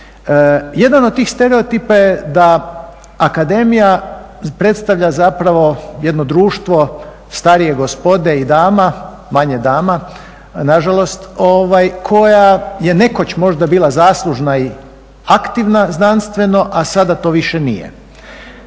Jedan od tih stereotipa je da akademija predstavlja zapravo jedno društvo starije gospode i dama, manje dama nažalost, koja je nekoć možda bila zaslužna i aktivna znanstveno a sada to više nije.